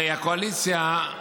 הרי הקואליציה,